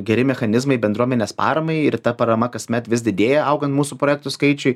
geri mechanizmai bendruomenės paramai ir ta parama kasmet vis didėja augant mūsų projektų skaičiui